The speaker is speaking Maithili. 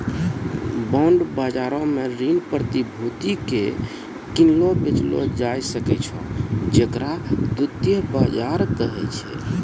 बांड बजारो मे ऋण प्रतिभूति के किनलो बेचलो जाय सकै छै जेकरा द्वितीय बजार कहै छै